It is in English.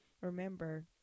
remember